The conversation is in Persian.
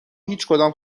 هیچکدام